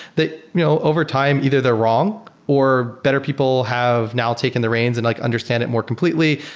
that you know overtime either they're wrong or better people have now taken the reins and like understand it more completely,